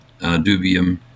dubium